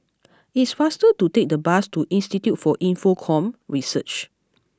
it is faster to take the bus to Institute for Infocomm Research